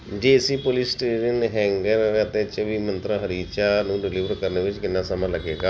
JC polystyrene hanger ਅਤੇ ਚੌਵੀ ਮੰਤਰਾਂ ਹਰੀ ਚਾਹ ਨੂੰ ਡਿਲੀਵਰ ਕਰਨ ਵਿੱਚ ਕਿੰਨਾ ਸਮਾਂ ਲੱਗੇਗਾ